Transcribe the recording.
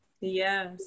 yes